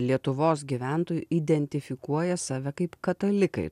lietuvos gyventojų identifikuoja save kaip katalikai